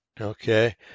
Okay